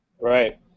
Right